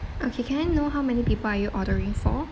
okay can I know how many people are you ordering for